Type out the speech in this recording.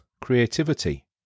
creativity